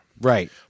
Right